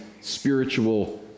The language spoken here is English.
spiritual